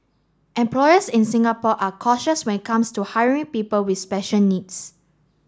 employers in Singapore are cautious when it comes to hiring people with special needs